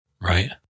Right